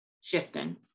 shifting